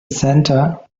center